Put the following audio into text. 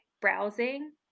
browsing